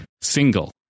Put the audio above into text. single